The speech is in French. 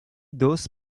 dos